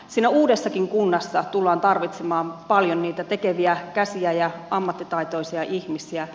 siinä uudessakin kunnassa tullaan tarvitsemaan paljon niitä tekeviä käsiä ja ammattitaitoisia ihmisiä